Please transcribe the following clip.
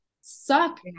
suck